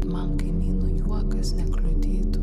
man kaimynų juokas nekliudytų